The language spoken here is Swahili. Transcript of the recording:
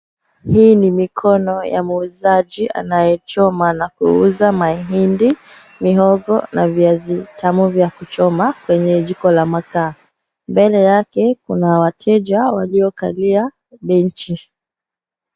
Hii ni mikono ya muuzaji anayechoma na kuuza mahindi, mihogo na viazi vitamu vya kuchoma kwenye jiko la makaa. Mbele yake kuna wateja waliokalia benchi.